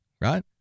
right